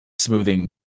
smoothing